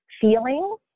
feeling